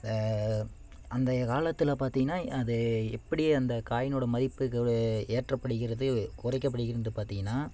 அந்தைய காலத்தில் பார்த்திங்கன்னா அது எப்படி அந்த காயினோட மதிப்புகள் ஏற்றப்படுகிறது குறைக்கப்படுகின்றதுனு பார்த்திங்கன்னா